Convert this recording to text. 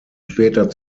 später